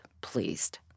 pleased